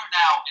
now